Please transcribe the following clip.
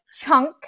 Chunk